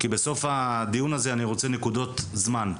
כי בסוף הדיון הזה אני רוצה נקודות זמן.